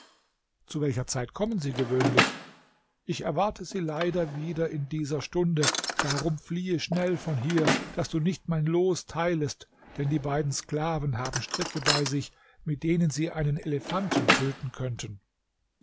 zu welcher zeit kommen sie gewöhnlich ich erwarte sie leider wieder in dieser stunde darum fliehe schnell von hier daß du nicht mein los teilest denn die beiden sklaven haben stricke bei sich mit denen sie einen elefanten töten könnten